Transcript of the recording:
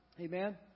Amen